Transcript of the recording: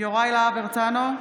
יוראי להב הרצנו,